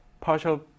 partial